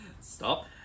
Stop